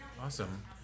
Awesome